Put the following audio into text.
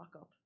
up